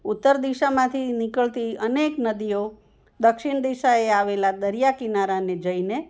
ઉત્તર દિશામાંથી નીકળતી અનેક નદીઓ દક્ષિણ દિશાએ આવેલા દરિયા કિનારાને જઈને